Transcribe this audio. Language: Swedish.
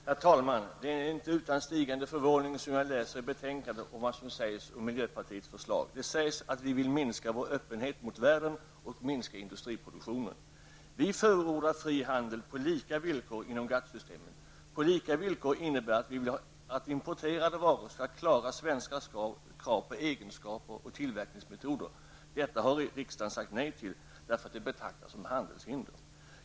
Herr talman! Det är inte utan stigande förvåning som jag läser betänkandet och vad som där sägs om miljöpartiets förslag. Det sägs att vi vill minska vår öppenhet mot världen och minska industriproduktionen. Vi förordar fri handel på lika villkor inom GATT-systemet. Att handeln skall ske på lika villkor innebär att vi vill att importerade varor skall uppfylla svenska krav på egenskaper och tillverkningsmetoder. Detta har riksdagen sagt nej till på grund av att det betraktas som handelshinder.